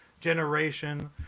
generation